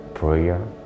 prayer